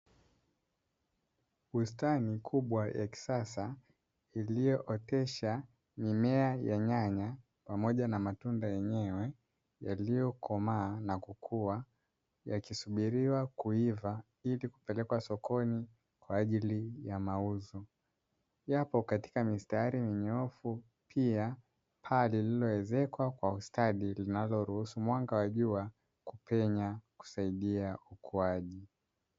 Bustani kubwa ya kisasa iliyootesha mimea ya nyanya pamoja na matunda yenyewe, yaliyo komaa na kukua yakisubiliwa kuiva ili kupelekwa sokoni kwa ajili ya mauzo. Yapo katika mistari minyoofu pia paa lililoezewa kwa ustadi linaloruhusu mwanga wa jua kupenya kusaidia ukuaji.